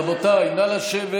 רבותיי, נא לשבת